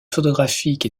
photographiques